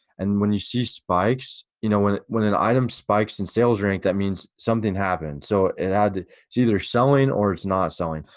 and when you see spikes, you know when when an item spikes in sales rank that means something happened. so and it's either selling or it's not selling.